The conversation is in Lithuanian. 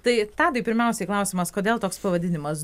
tai tadui pirmiausiai klausimas kodėl toks pavadinimas